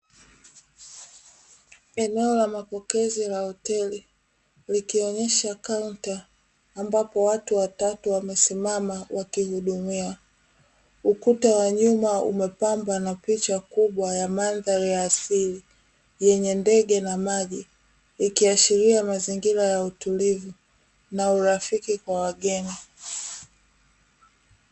Eneo la mapokezi la hoteli, likionyesha kaunta ambapo watu watatu wamesimama wakihudumiwa. Ukuta wa nyuma umepambwa na picha kubwa ya mandhari ya asili yenye ndege na maji, ikiashiria mazingira ya utulivu na urafiki kwa wageni.